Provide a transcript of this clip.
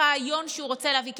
זה הרעיון שהוא רוצה להביא,